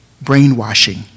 brainwashing